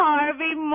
Harvey